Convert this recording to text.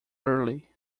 early